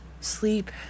Sleep